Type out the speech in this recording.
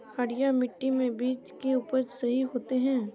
हरिया मिट्टी में बीज के उपज सही होते है?